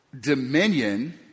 dominion